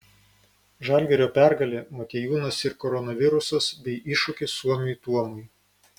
žalgirio pergalė motiejūnas ir koronavirusas bei iššūkis suomiui tuomui